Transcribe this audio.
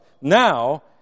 Now